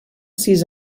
sis